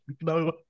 No